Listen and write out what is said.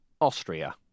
Austria